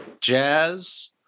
Jazz